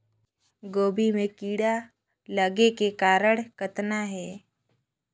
गोभी म कीड़ा लगे के कारण कतना हे?